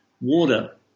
water